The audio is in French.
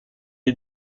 est